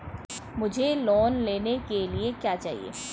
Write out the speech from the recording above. मुझे लोन लेने के लिए क्या चाहिए?